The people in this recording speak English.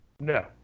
No